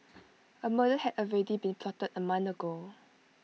A murder had already been plotted A month ago